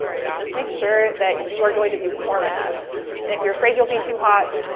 so just make sure that you are going to be warm enough. and if you're afraid you'll be too hot,